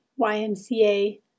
YMCA